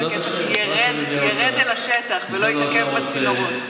שהכסף ירד אל השטח ולא יתעכב בצינורות.